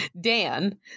Dan